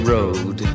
Road